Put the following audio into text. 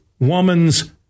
woman's